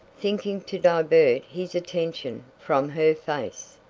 thinking to divert his attention from her face.